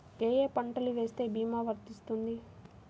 ఏ ఏ పంటలు వేస్తే భీమా వర్తిస్తుంది?